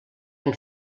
han